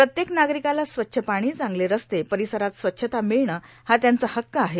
प्रत्येक नार्गारकाला स्वच्छ पाणी चांगले रस्ते र्पारसरात स्वच्छता मिळण हा त्यांचा हक्क आहे